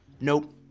Nope